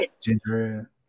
ginger